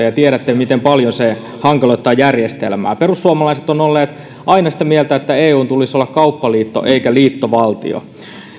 ja tiedätte miten paljon se hankaloittaa järjestelmää perussuomalaiset ovat olleet aina sitä mieltä että eun tulisi olla kauppaliitto eikä liittovaltio